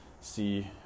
see